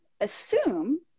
assume